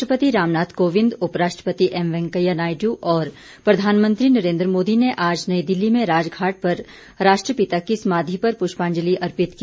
राष्ट्रपति रामनाथ कोविंद उप राष्ट्रपति एम वेकैंया नायडू और प्रधानमंत्री नरेंद मोदी ने आज नई दिल्ली में राजघाट पर राष्ट्रपिता की समाधी पर पुष्पाजंलि अर्पित की